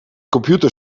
computer